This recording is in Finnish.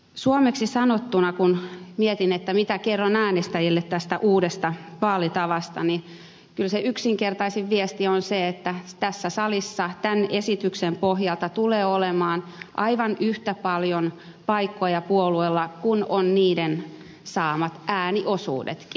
suomeksi sanottuna kun mietin mitä kerron äänestäjille tästä uudesta vaalitavasta kyllä se yksinkertaisin viesti on se että tässä salissa tämän esityksen pohjalta tulee olemaan aivan yhtä paljon paikkoja puolueilla kuin on niiden saamat ääniosuudetkin